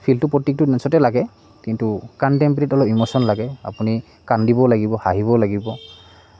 ফিলটো প্ৰত্যেকটো ডান্সতে লাগে কিন্তু কাণ্টেম্পৰেৰীত অলপ ইম'শ্যন লাগে আপুনি কান্দিবও লাগিব হাঁহিবও লাগিব